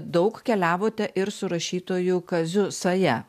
daug keliavote ir su rašytoju kaziu saja